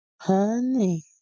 Honey